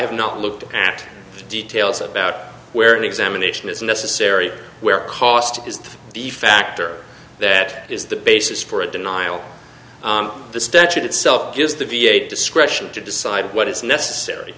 have not looked at details about where an examination is necessary where cost is the factor that is the basis for a denial the statute itself gives the v a discretion to decide what is necessary